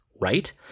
right